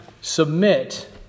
submit